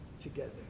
together